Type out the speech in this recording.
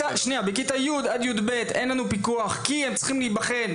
ואז בכיתה י׳ עד יב׳ אין לנו פיקוח כי שם הם צריכים להיבחן.